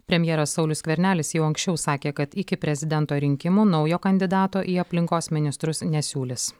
premjeras saulius skvernelis jau anksčiau sakė kad iki prezidento rinkimų naujo kandidato į aplinkos ministrus nesiūlys